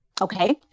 Okay